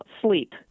sleep